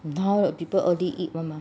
now the people early eat [one] mah